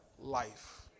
life